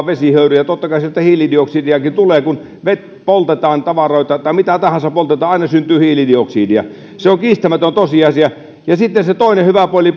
vesihöyryä totta kai sieltä hiilidioksidiakin tulee kun poltetaan tavaroita tai mitä tahansa poltetaan aina syntyy hiilidioksidia se on kiistämätön tosiasia ja sitten se toinen hyvä puoli